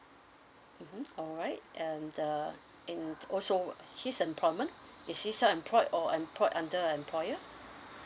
mm alright and uh and also his employment is he self employed or employed under employer